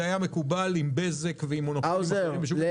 זה היה מקובל עם בזק ועם מונופולים אחרים בשוק התקשורת.